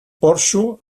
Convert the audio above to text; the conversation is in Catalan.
porxo